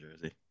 jersey